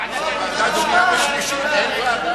עוד יום שחור לכנסת.